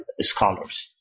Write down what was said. scholars